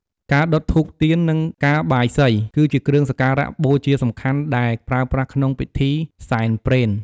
ការដុតធូបទៀន និងការបាយសី គឺជាគ្រឿងសក្ការៈបូជាសំខាន់ដែលប្រើប្រាស់ក្នុងពិធីសែនព្រេន។